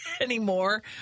anymore